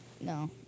No